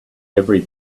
every